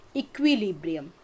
equilibrium